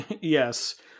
Yes